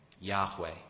Yahweh